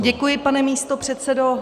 Děkuji, pane místopředsedo.